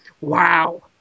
wow